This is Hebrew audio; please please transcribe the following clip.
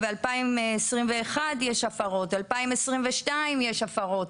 ב-2021 יש הפרות, ב-2022 יש הפרות.